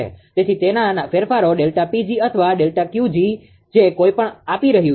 તેથી તે નાના ફેરફારો Δ𝑃𝑔 અથવા Δ𝑄𝑔 જે કઈ પણ આપી રહ્યું છે